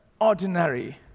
ordinary